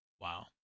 Wow